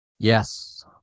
Yes